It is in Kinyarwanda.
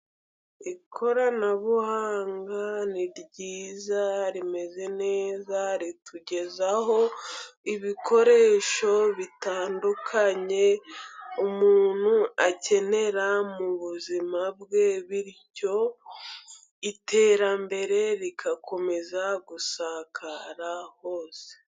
Ikoranabuhanga ni ryiza. Rimeze neza ritugezaho ibikoresho bitandukanye, umuntu akenera muzima bwe. Bityo iterambere rigakomeza gusakara hose.